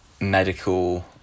medical